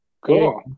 Cool